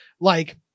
like-